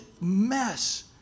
mess